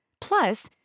Plus